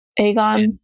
Aegon